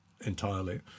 entirely